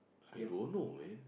I don't know man